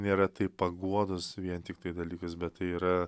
nėra taip paguodos vien tiktai dalykais bet tai yra